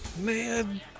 Man